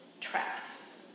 traps